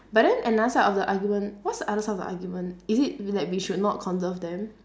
but then another side of the argument what's the other side of the argument is it like we should not conserve them